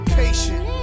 patient